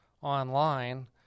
online